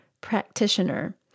practitioner